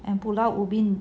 and pulau ubin